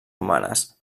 humanes